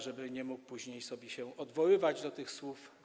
żeby nie mógł później się odwoływać do tych słów.